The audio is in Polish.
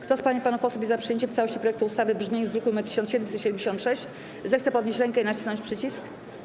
Kto z pań i panów posłów jest za przyjęciem w całości projektu ustawy w brzmieniu z druku nr 1776, zechce podnieść rękę i nacisnąć przycisk.